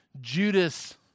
Judas